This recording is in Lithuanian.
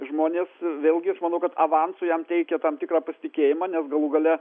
žmonės vėlgi aš manau kad avansu jam teikia tam tikrą pasitikėjimą nes galų gale